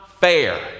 fair